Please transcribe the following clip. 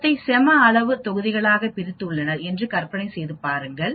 புலத்தை செம அளவு தொகுதிகளாகப் பிரித்துள்ளீர்கள் என்று கற்பனை செய்து பாருங்கள்